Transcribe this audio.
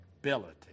ability